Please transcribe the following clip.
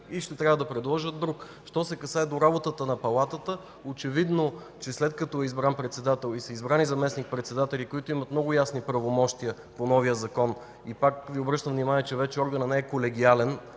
и ще трябва да предложат друг. Що се касае до работата на Палатата, очевидно след като са избрани председател и заместник-председатели, които имат много ясни правомощия по новия Закон – пак обръщам внимание, че органът вече не е колегиален,